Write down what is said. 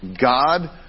God